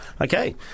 Okay